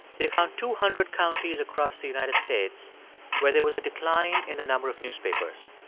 they found two hundred counties across the united states where there was a decline in the number of newspapers.